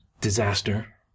disaster